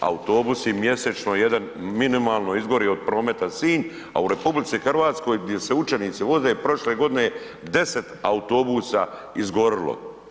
Autobusi mjesečno jedan minimalno izgori od Prometa Sinj, a u RH gdje se učenici voze prošle godine je 10 autobusa izgorilo.